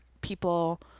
people